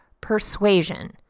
Persuasion